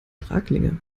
traglinge